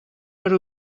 per